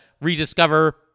rediscover